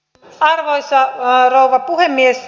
arvoisa rouva puhemies